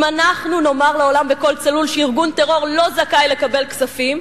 אם אנחנו נאמר לעולם בקול צלול שארגון טרור לא זכאי לקבל כספים,